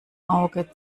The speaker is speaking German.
auge